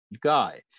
guy